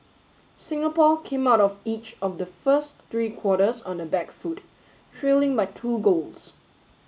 Singapore came out of each of the first three quarters on the back foot trailing by two goals